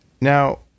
Now